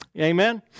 Amen